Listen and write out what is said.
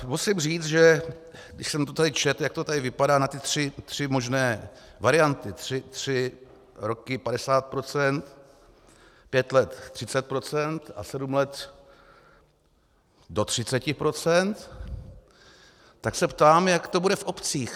Musím říct, že když jsem to tady četl, jak to tady vypadá na ty tři možné varianty, tři roky 50 %, pět let 30 % a sedm let do 30 %, tak se ptám, jak to bude v obcích.